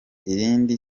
irindi